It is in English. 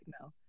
no